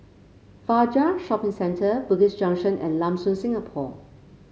Fajar Shopping Centre Bugis Junction and Lam Soon Singapore